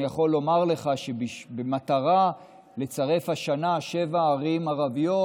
אני יכול לומר לך שבמטרה לצרף השנה שבע ערים ערביות